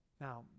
Now